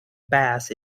bass